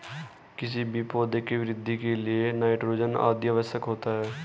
किसी भी पौधे की वृद्धि के लिए नाइट्रोजन अति आवश्यक होता है